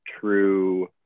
true